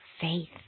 faith